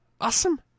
awesome